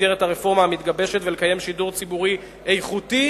במסגרת הרפורמה המתגבשת ולקיים שידור ציבורי איכותי